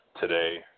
today